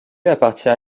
appartient